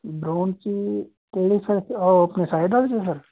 ground 'ਚ ਕਿਹੜੇ sir ਉਹ ਆਪਣੇ ਸਾਈਡ ਵਾਲੇ 'ਚ ਸਰ